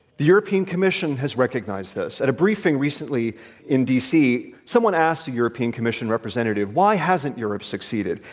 the european commission has recognized this. at a briefing recently in d. c, someone asked a european commission representative, why hasn't europe succeeded?